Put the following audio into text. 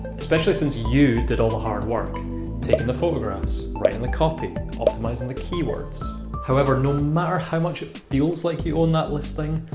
especially since you did all the hard work taking the photographs writing the copy optimising the keywords however, no matter how much it feels like you own that listing,